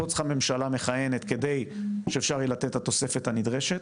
פה צריכה ממשלה מכהנת כדי שאפשר יהיה לתת את התוספת הנדרשת.